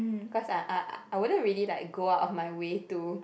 cause I uh I wouldn't really like go out of my way to